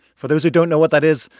for those who don't know what that is,